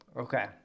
Okay